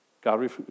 God